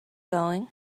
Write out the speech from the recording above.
going